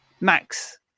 Max